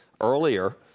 earlier